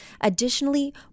Additionally